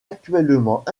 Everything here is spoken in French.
actuellement